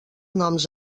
noms